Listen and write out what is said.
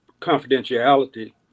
confidentiality